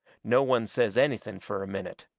no one says anything fur a minute.